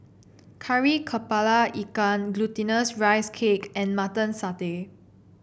Kari kepala Ikan Glutinous Rice Cake and Mutton Satay